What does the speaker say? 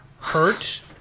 hurt